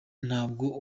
ntabwo